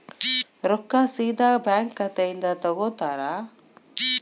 ರೊಕ್ಕಾ ಸೇದಾ ಬ್ಯಾಂಕ್ ಖಾತೆಯಿಂದ ತಗೋತಾರಾ?